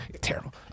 Terrible